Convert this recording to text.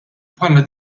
bħala